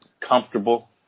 comfortable